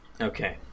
Okay